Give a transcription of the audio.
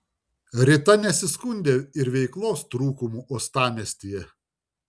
rita nesiskundė ir veiklos trūkumu uostamiestyje